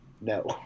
No